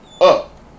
up